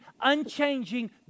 unchanging